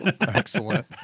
Excellent